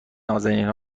نــازنین